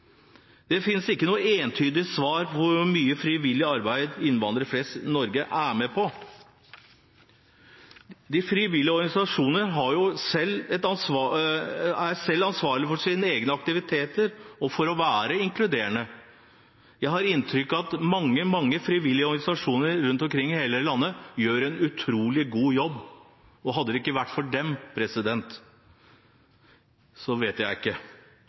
Det finnes ikke noe entydig svar på hvor mye frivillig arbeid innvandrere flest i Norge er med på. De frivillige organisasjoner er selv ansvarlige for sine egne aktiviteter og for å være inkluderende. Jeg har inntrykk av at mange frivillige organisasjoner rundt omkring i hele landet gjør en utrolig god jobb, og hvordan det hadde vært uten dem, vet jeg ikke.